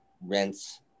rents